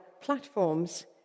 platforms